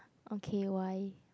okay why